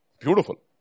Beautiful